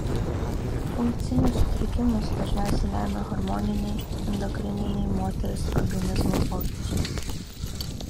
funkcinius sutrikimus dažniausiai lemia hormoniniai endokrininiai moters organizmo pokyčiai